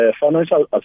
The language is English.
Financial